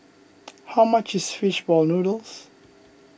how much is Fish Ball Noodles